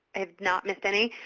i have not missed any.